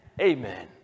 Amen